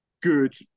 good